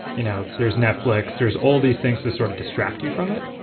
you know there's netflix, there's all these things to sort of distract you from it,